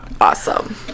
Awesome